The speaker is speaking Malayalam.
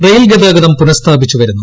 റെയിൽ ഗതാഗതം പുനഃസ്ഥാപിച്ചു വരുന്നു